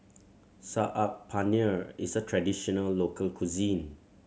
Saag Paneer is a traditional local cuisine